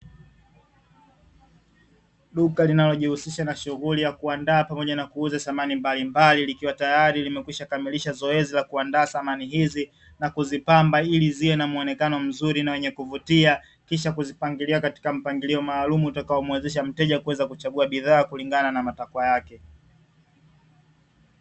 Duka linalojihusisha nashughuli ya kuandaa pamoja na kuuza samani mbalimbali, likiwa tayari limekamilisha zoezi la kuandaa samani hizi na kuzipamba ili ziwe na muonekano mzuri na wenye kuvutia, kisha kuzipangilia katika mpangilio maalumu utakao muwezesha mteja kuchaguwa bidhaa kulingana na matakwa yake.